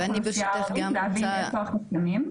ובתוך האוכלוסייה הערבית להבין איפה החסמים.